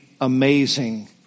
amazing